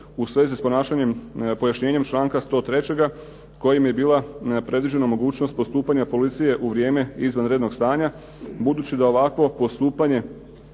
pojašnjenjem članka 103. kojim je bila predviđena mogućnost postupanja policije u vrijeme izvanrednog stanja, budući da ovakvo postupanje